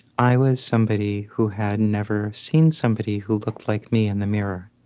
i was somebody who had never seen somebody who looked like me in the mirror.